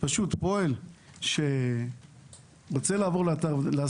פועל שרוצה לעבוד באתר בנייה צריך